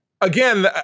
Again